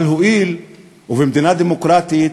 אבל הואיל ובמדינה דמוקרטית,